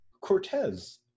Cortez